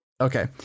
okay